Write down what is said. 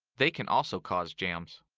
they can also cause jams.